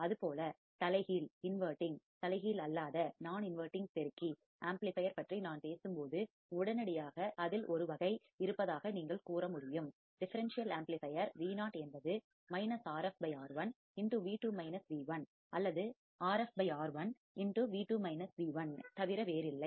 அதுபோல தலைகீழ் இன்வடிங் தலைகீழ் அல்லாத நான் இன்வடிங் பெருக்கி ஆம்ப்ளிபையர் பற்றி நான் பேசும்போது உடனடியாக அதில் ஒரு வகைகேஸ் case இருப்பதாக நீங்கள் கூற முடியும் ஒரு டிஃபரண்சியல் ஆம்ப்ளிபையர் Vo என்பது Rf R1 அல்லது Rf R1 தவிர வேறில்லை